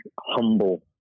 humble